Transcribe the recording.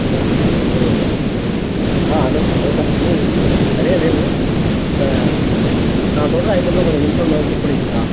அந்த மாதிரி திங்க்ஸ்லாம் வந்து ஆ அந்த நிறைய வேணும் நான் சொல்கிற ஐட்டம்லாம் கொஞ்சம் இருக்கான்னு முதல்ல செக் பண்ணிக்கிறீங்களா